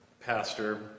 Pastor